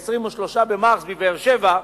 ב-23 במרס בבאר-שבע,